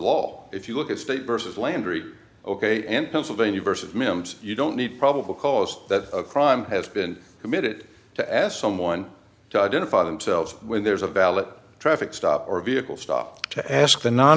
law if you look at state versus landry ok and pennsylvania versus mims you don't need probable cause that a crime has been committed to ask someone to identify themselves when there's a valid traffic stop or vehicle stop to ask the non